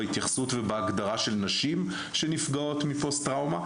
בהתייחסות ובהגדרה של נשים שנפגעות מפוסט טראומה.